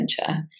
adventure